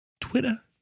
twitter